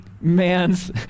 man's